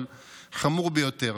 אבל חמור ביותר.